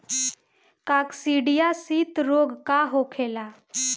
काकसिडियासित रोग का होखेला?